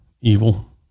evil